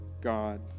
God